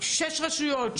שש רשויות,